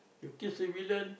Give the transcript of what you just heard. you kill civilian